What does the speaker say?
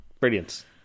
brilliant